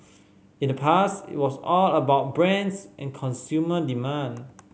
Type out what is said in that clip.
in the past it was all about brands and consumer demand